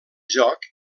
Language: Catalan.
joc